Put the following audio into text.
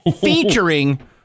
featuring